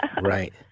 Right